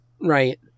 right